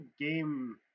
game